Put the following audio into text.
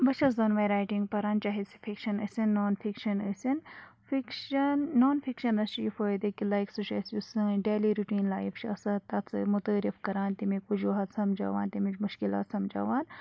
بہٕ چھٮ۪س دۄنوَے رایٹِنٛگ پَران چاہے سُہ فِکشَن ٲسِنۍ نان فِکشَن ٲسِنۍ فِکشَن نان فِکشَنَس چھِ یہِ فٲیِدٕ کہِ لایک سُہ چھِ اَسہِ یُس سٲنۍ ڈیلی رُٹیٖن لایف چھِ آسان تَتھ سۭتۍ مُتعٲرِف کَران تیٚمِکۍ وجوٗہات سَمجھاوان تیٚمِچ مُشکلات سمجھاوان